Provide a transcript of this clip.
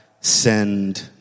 send